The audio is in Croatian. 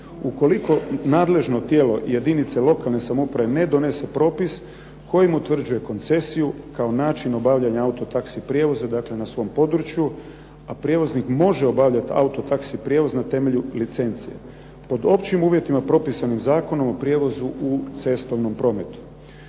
Ukoliko nadležno tijelo jedinice lokalne samouprave ne donese propis kojim utvrđuje koncesiju kao način obavljanja auto taxi prijevoza, dakle na svom području, a prijevoznik može obavljati auto taxi prijevoz na temelju licencije pod općim uvjetima propisanim Zakonom o prijevozu u cestovnom prometu.